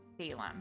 Salem